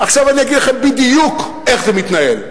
עכשיו אני אגיד לכם בדיוק איך זה מתנהל.